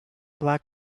black